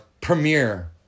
premiere